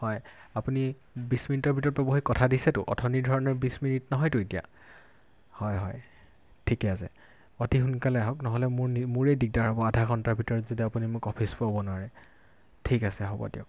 হয় আপুনি বিছ মিনিটৰ ভিতৰত পাবহি কথা দিছেতো অথনি ধৰণৰ বিছ মিনিট নহয়তো এতিয়া হয় হয় ঠিকে আছে অতি সোনকালে আহক নহ'লে মোৰ মোৰে দিগদাৰ হ'ব আধা ঘণ্টাৰ ভিতৰত যদি আপুনি মোক অফিচ পোৱাব নোৱাৰে ঠিক আছে হ'ব দিয়ক